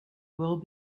will